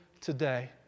today